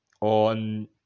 on